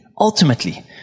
ultimately